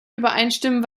übereinstimmen